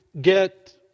get